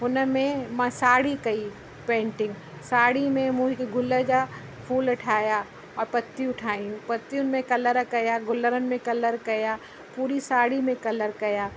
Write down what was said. हुन में मां साड़ी कई पेंटिंग साड़ी में मूं हिक गुल जा फ़ूल ठाहियां औरि पतियूं ठाहियूं पतियुनि में कलर कयां गुलनि में कलर कयां पूड़ी साड़ी में कलर कयां